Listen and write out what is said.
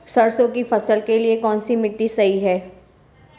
सरसों की फसल के लिए कौनसी मिट्टी सही हैं?